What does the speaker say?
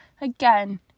again